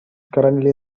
currently